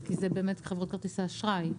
כי זה באמת חברות כרטיסי אשראי.